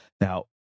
Now